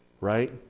Right